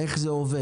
איך זה עובד.